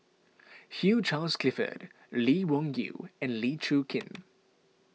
Hugh Charles Clifford Lee Wung Yew and Lee Chin Koon